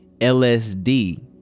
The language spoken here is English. LSD